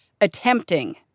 attempting—